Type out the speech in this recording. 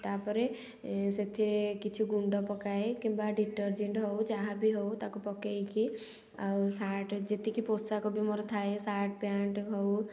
ତା'ପରେ ସେଥିରେ କିଛି ଗୁଣ୍ଡ ପକାଏ କିମ୍ବା ଡିଟର୍ଜେଣ୍ଟ୍ ହେଉ ଯାହା ବି ହେଉ ତା'କୁ ପକେଇକି ଆଉ ସାର୍ଟ୍ ଯେତିକି ପୋଷାକ ବି ମୋର ଥାଏ ସାର୍ଟ୍ ପ୍ୟାଣ୍ଟ୍ ହେଉ